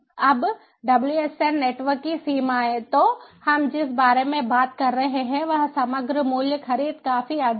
अब WSN network की सीमाएं तो हम जिस बारे में बात कर रहे हैं वह समग्र मूल्य खरीद काफी अधिक है